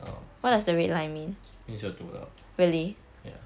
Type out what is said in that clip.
orh means you are too loud ya